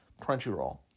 Crunchyroll